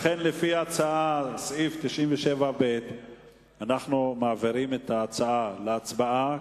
לכן לפי סעיף 97ב אנחנו מביאים את ההצעה להצבעה,